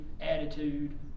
attitude